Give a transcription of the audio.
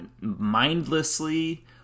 mindlessly